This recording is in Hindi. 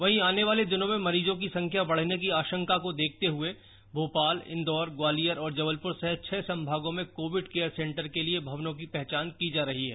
वहीं आने वाले दिनों में मरीज की संख्या बढ़ने की आशंका को देखते हए भोपाल इंदौर ग्वालियर और जबलपुर सहित छह संभागों में कोविड केयर सेंटर के लिए भवनों की पहचान की जा रही है